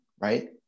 right